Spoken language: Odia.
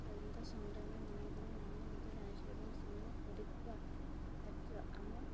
ସ୍ୱାଧୀନତା ସଂଗ୍ରାମୀ ମାନଙ୍କର ନାମ ମଧ୍ୟ ଜାଣିଛୁ ଏବଂ ସେମାନେ କରିଥିବା କାର୍ଯ୍ୟ ଆମ